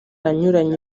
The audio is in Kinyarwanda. anyuranye